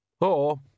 Oh